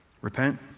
repent